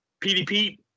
pdp